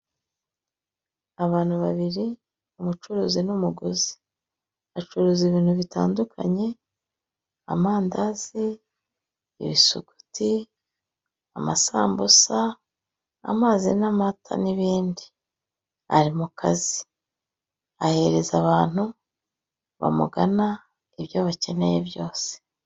Abantu babiriumucuruza n'umugozi, acuruza ibintu bitandukanye amandazi , ibisuguti, amasambusa, amazi n'amata n'ibindi, ari mu kazi ahereza abantu, bamugana ibyo bakeneye byose.